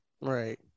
Right